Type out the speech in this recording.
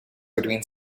between